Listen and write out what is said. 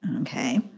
Okay